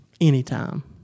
anytime